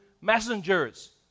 messengers